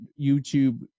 YouTube